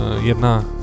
jedna